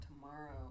tomorrow